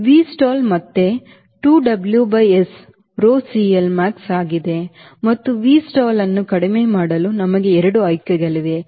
Vstall ಮತ್ತೆ 2 W by S rho CLmax ಆಗಿದೆ ಮತ್ತು Vstall ಅನ್ನು ಕಡಿಮೆ ಮಾಡಲು ನಮಗೆ ಎರಡು ಆಯ್ಕೆಗಳಿವೆ